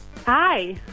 Hi